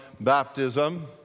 baptism